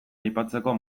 aipatzeko